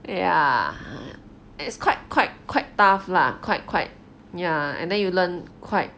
ya it's quite quite quite tough lah quite quite ya and then you learn quite